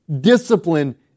discipline